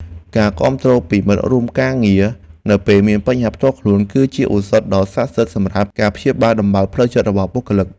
ការគាំទ្រពីមិត្តរួមការងារនៅពេលមានបញ្ហាផ្ទាល់ខ្លួន គឺជាឱសថដ៏ស័ក្តិសិទ្ធិសម្រាប់ការព្យាបាលដំបៅផ្លូវចិត្តរបស់បុគ្គលិក។